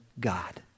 God